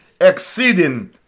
exceeding